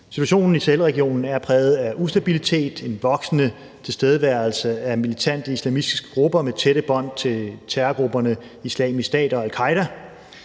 Situationen i Sahelregionen er præget af ustabilitet, en voksende tilstedeværelse af militante islamistiske grupper med tætte bånd til terrorgrupperne Islamisk Stat og al-Qaeda.